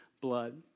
blood